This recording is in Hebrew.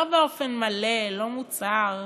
לא באופן מלא, לא מוצהר,